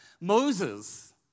Moses